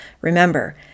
Remember